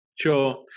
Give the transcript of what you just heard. Sure